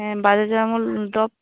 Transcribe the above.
হ্যাঁ Bajaj almond drop